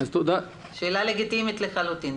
השאלה לגיטימית לחלוטין.